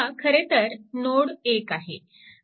हा खरेतर नोड 1 आहे